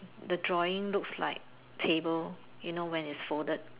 the drawing looks like table you know when it's folded